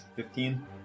Fifteen